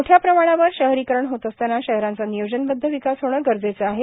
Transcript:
मोठ्या प्रमाणावर शहरीकरण होत असताना शहरांचा नियोजनबध्द विकास होणे गरजेचे आहे